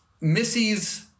Missy's